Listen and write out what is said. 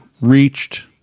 reached